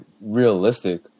realistic